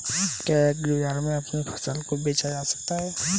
क्या एग्रीबाजार में अपनी फसल को बेचा जा सकता है?